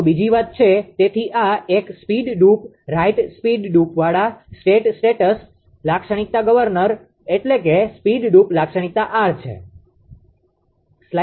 તો બીજી વાત છે તેથી આ એક સ્પીડ ડ્રૂપ રાઇટ સ્પીડ ડ્રૂપવાળા સ્ટેટ સ્ટેટસ લાક્ષણિકતા ગવર્નર એટલે કે સ્પીડ ડ્રૂપ લાક્ષણિકતા આર છે